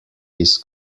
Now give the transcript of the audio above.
his